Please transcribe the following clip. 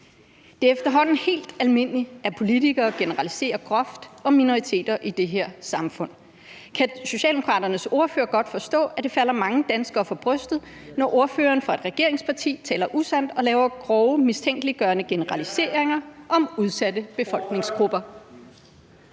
Det er efterhånden helt almindeligt, at politikere generaliserer groft om minoriteter i det her samfund. Kan Socialdemokraternes ordfører godt forstå, at det falder mange danskere for brystet, når en ordfører for et regeringsparti taler usandt og laver grove mistænkeliggørende generaliseringer om udsatte befolkningsgrupper?